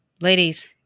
Ladies